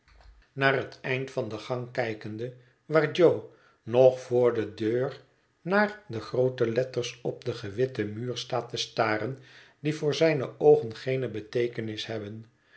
naar het eind van den gang kijkende waar jo nog voor de deur naar de groote letters op den gewitten muur staat te staren die voor zijne oogen geene beteekenis hebben